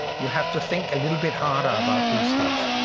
you have to think a little bit harder about these things,